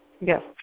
Yes